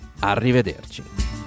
Arrivederci